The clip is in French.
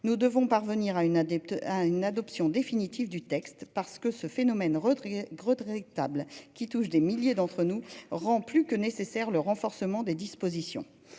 Nous devons parvenir à une adepte à une adoption définitive du texte parce que ce phénomène retrait gros traitables qui touche des milliers d'entre nous rend plus que nécessaire, le renforcement des dispositions.